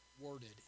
worded